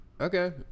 Okay